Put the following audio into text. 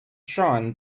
shine